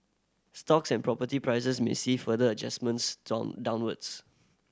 stocks and property prices may see further adjustments downwards